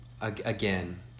Again